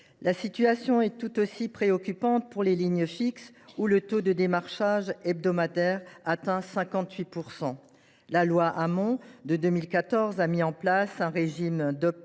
La situation est tout aussi préoccupante pour les lignes fixes, où le taux de démarchage hebdomadaire atteint 58 %. La loi Hamon de 2014 a mis en place un régime d’, permettant